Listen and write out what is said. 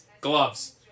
gloves